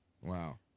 wow